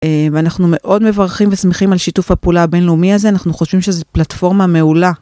ואנחנו מאוד מברכים ושמחים על שיתוף הפעולה הבינלאומי הזה, אנחנו חושבים שזו פלטפורמה מעולה.